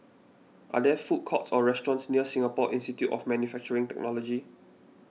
are there food courts or restaurants near Singapore Institute of Manufacturing Technology